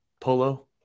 polo